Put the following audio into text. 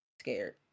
scared